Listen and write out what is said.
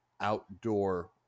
outdoor